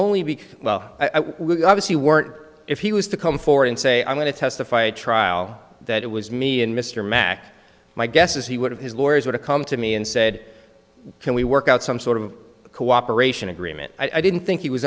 be well we obviously weren't if he was to come forward and say i'm going to testify a trial that it was me and mr mack my guess is he would have his lawyers would have come to me and said can we work out some sort of cooperation agreement i didn't think he was